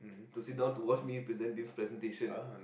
to sit down to watch me present this presentation